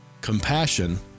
compassion